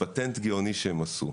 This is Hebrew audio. פטנט גאוני שהם עשו.